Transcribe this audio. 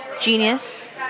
genius